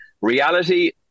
Reality